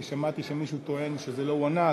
כי שמעתי שמישהו טוען שזה לא הוא שענה.